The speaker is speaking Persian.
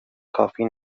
کافی